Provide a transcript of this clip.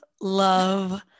love